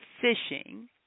fishing